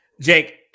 Jake